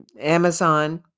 Amazon